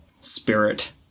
spirit